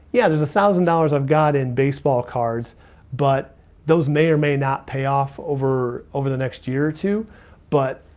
yeah, there's a one thousand dollars i've got in baseball cards but those may or may not pay off over over the next year or two but,